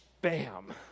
bam